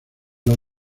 los